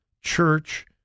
church